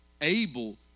able